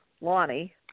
Lonnie